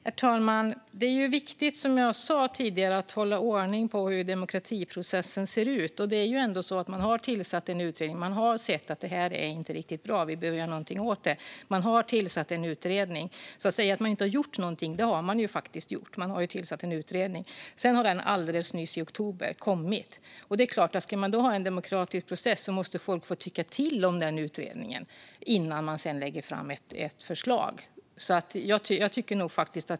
Herr talman! Det är viktigt, som jag sa tidigare, att hålla ordning på hur demokratiprocessen ser ut. Regeringen har tillsatt en utredning och man har sett att det inte är riktigt bra. Vi behöver göra någonting åt det. Det går inte att säga att man inte har gjort någonting, för det har man faktiskt gjort. Regeringen har tillsatt en utredning. Den har alldeles nyss, i oktober, kommit med förslag. Ska man ha en demokratisk process måste folk få tycka till om utredningen innan man lägger fram ett förslag.